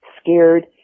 scared